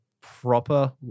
proper